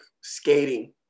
skating